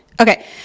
Okay